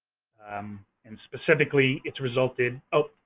um and specifically, it's resulted oh.